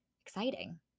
exciting